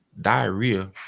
diarrhea